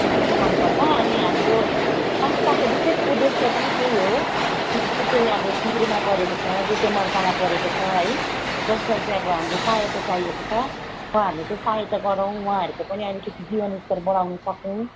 त्यस्तो चाहिँ मन पर्छ अनि हाम्रो संस्थाको वेशेष उद्देश्य पनि त्यही हो जो चाहिँ अब पिरमा परेको छ जो चाहिँ मर्कामा परेको छ है जसलाई चाहिँ अब हाम्रो सहायता चाहिएको छ वहाँहरूलाई चाहिँ सहायता गरौँ वहाँहरूको पनि अलिकति जीवनस्तर बढाउन सकौँ